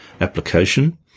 application